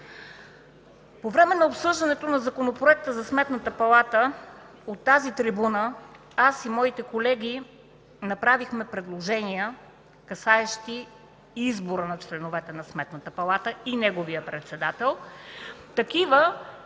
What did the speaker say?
По време на обсъждането на Законопроекта за Сметната палата от тази трибуна аз и моите колеги направихме предложения, касаещи избора на членовете на Сметната палата и неговия председател